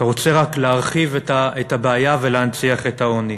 אתה רוצה רק להרחיב את הבעיה ולהנציח את העוני.